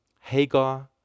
Hagar